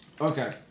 Okay